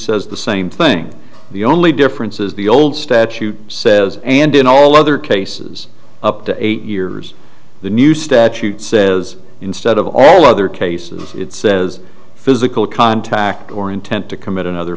says the same thing the only difference is the old statute says and in all other cases up to eight years the new statute says instead of all other cases it says physical contact or intent to commit another